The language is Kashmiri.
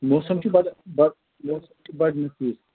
موسَم چھِ موسَم چھِ بَڑٕ نَفیٖض